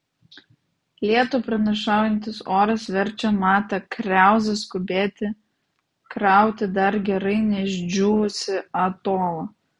lietų pranašaujantis oras verčia matą kriauzą skubėti krauti dar gerai neišdžiūvusį atolą